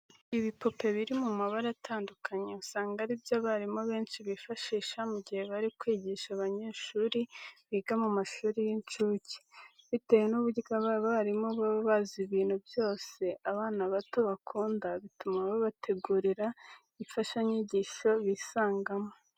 Ibipupe biri mu mabara atandukanye usanga ari byo abarimu benshi bifashisha mu gihe bari kwigisha abanyeshuri biga mu mashuri y'incuke. Bitewe n'uburyo aba barimu baba bazi ibintu byose abana bato bakunda, bituma babategurira imfashanyigisho bisangamo.